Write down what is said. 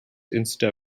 instead